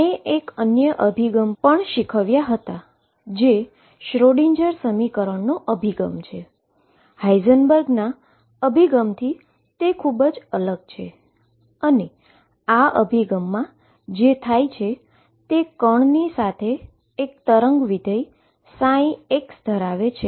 મેં એક અન્ય અભિગમ પણ શીખ્યા છે જે શ્રોડિંજર Schrödinger સમીકરણનો અભિગમ છે જે હાઇસેનબર્ગના અભિગમથી ખૂબ જ અલગ છે અને આ અભિગમમાં જે થાય છે તે પાર્ટીકલની સાથે એક વેવ ફંક્શન ψ ધરાવે છે